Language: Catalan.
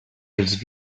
els